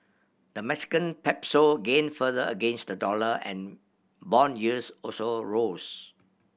the Mexican Peso gained further against the dollar and bond yields also rose